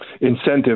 incentive